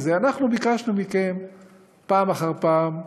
אנחנו ביקשנו מכם פעם אחר פעם,